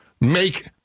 make